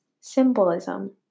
symbolism